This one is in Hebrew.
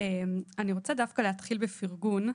אני רוצה דווקא להתחיל בפירגון,